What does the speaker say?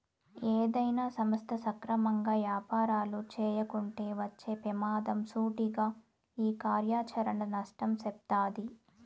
ఏదైనా సంస్థ సక్రమంగా యాపారాలు చేయకుంటే వచ్చే పెమాదం సూటిగా ఈ కార్యాచరణ నష్టం సెప్తాది